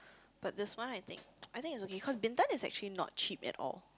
but this one I think I think it's okay cause Bintan is actually not cheap at all